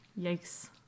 Yikes